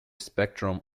spectrum